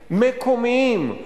מקומיים,